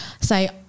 say